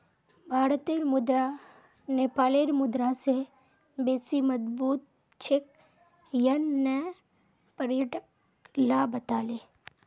भारतेर मुद्रा नेपालेर मुद्रा स बेसी मजबूत छेक यन न पर्यटक ला बताले